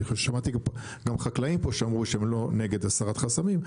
אני חושב ששמעתי גם חקלאים פה שאמרו שהם לא נגד הסרת חסמים,